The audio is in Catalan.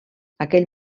aquell